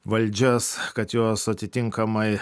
valdžias kad jos atitinkamai